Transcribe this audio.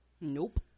nope